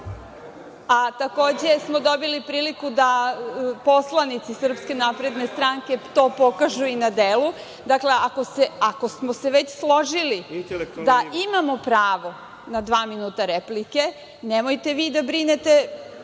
a takođe smo dobili priliku da poslanici SNS to pokažu na delu. Dakle, ako smo se već složili da imamo pravo na dva minuta replike, nemojte vi da brinete.